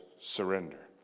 surrender